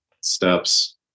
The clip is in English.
steps